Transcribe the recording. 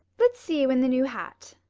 let's see you in the new hat.